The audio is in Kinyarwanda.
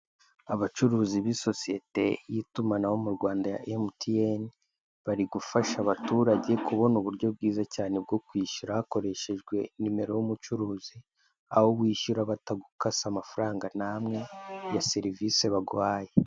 Abacuruzi b'isosiyete y'itumanaho mu Rwanda ya MTN, bari gufasha abaturage kubona uburyo bwiza cyane bwo kwishyura hakoreshejwe nimero y'umucuruzi, aho wishyura batagukase amafaranga n'amwe ya serivisi baguhaye.